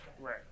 Right